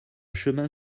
chemin